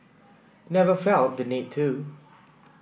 never felt the need to